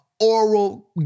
Oral